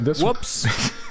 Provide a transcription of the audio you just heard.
Whoops